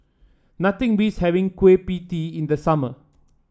nothing beats having Kueh Pie Tee in the summer